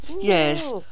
Yes